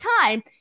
time